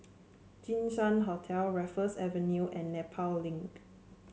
Jinshan Hotel Raffles Avenue and Nepal Link